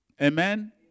Amen